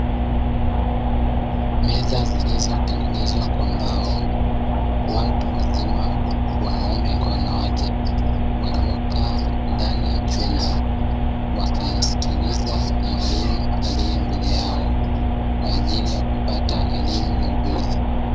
Meza zilizotengenezwa kwa mbao watu wazima wanaume kwa wanawake waliokaa ndani ya chumba wakimsikiliza mwalimu aliye mbele yao kwa ajili ya kupata elimu ya ujuzi.